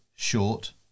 short